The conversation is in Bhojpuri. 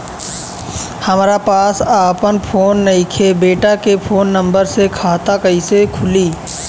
हमरा पास आपन फोन नईखे बेटा के फोन नंबर से खाता कइसे खुली?